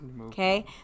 Okay